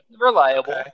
Reliable